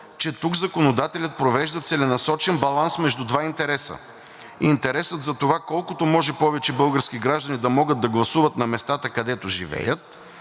че тук законодателят провежда целенасочен баланс между два интереса – интерес за това колкото може повече български граждани да могат да гласуват на местата, където живеят,